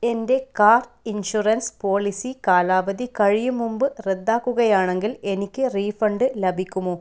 എൻ്റെ car insurance policy കാലാവധി കഴിയും മുമ്പ് റദ്ദാക്കുകയാണെങ്കിൽ എനിക്ക് റീഫണ്ട് ലഭിക്കുമോ